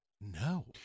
No